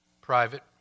private